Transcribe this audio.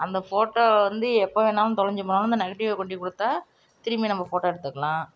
அந்த ஃபோட்டோ வந்து எப்போ வேணாலும் தொலைஞ்சி போனாலும் அந்த நெகட்டிவ் கொண்டு கொடுத்தா திரும்பி நம்ம ஃபோட்டோ எடுத்துக்கலாம்